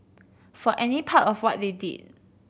for any part of what they did